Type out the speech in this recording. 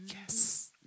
Yes